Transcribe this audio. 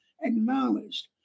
acknowledged